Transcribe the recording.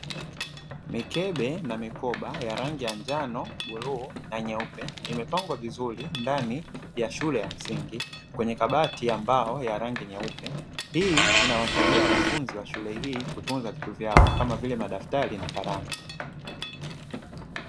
Mikebe na mikoba ya rangi ya njano ni bluu na nyeupe, zimepangwa vizuri ndani ya shule ya msingi zikiwa kwenye kabati la mbao lenye rangi nyeupe nyeupe, hii inasaidia wanafunzi wa shule hii kuokoa vitu vyao kama vile daftari na raba.